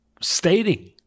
stating